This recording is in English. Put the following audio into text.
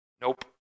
nope